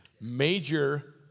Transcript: major